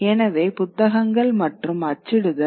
எனவே புத்தகங்கள் மற்றும் அச்சிடுதல்